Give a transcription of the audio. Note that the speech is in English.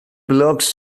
blocks